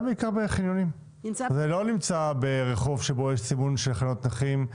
בעיקר בחניונים ולא נמצא ברחוב בו יש חניית נכים,